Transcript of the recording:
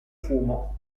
fumo